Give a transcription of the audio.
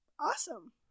Awesome